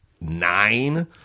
nine